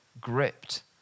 gripped